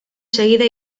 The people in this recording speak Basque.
segida